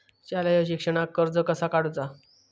शालेय शिक्षणाक कर्ज कसा काढूचा?